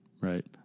right